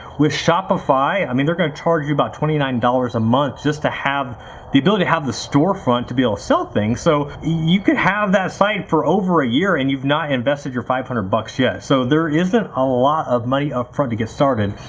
with shopify, i mean they're gonna charge you about twenty nine dollars a month just to have the ability to have the storefront to be able to sell things so you can have that site for over a year and you've not invested your five hundred dollars bucks yet, so there isn't a lot of money upfront to get started.